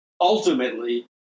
ultimately